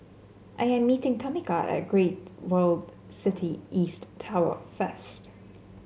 I am meeting Tomika at Great World City East Tower first